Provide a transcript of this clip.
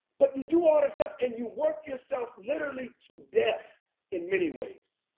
but you do all that stuff and you work yourself literally to death in many ways.